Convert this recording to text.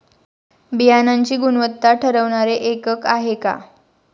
बियाणांची गुणवत्ता ठरवणारे एकक आहे का?